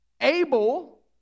Abel